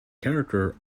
character